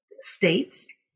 states